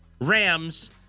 Rams